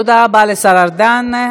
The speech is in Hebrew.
תודה רבה לשר ארדן.